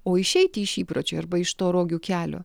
o išeiti iš įpročio arba iš to rogių kelio